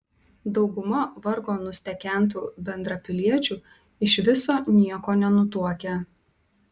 dauguma vargo nustekentų bendrapiliečių iš viso nieko nenutuokia